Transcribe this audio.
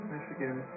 Michigan